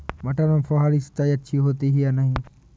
मटर में फुहरी सिंचाई अच्छी होती है या नहीं?